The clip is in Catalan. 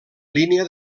línia